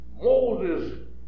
Moses